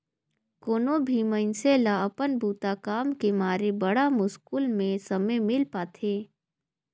कोनो भी मइनसे ल अपन बूता काम के मारे बड़ा मुस्कुल में समे मिल पाथें